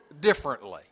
differently